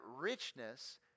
richness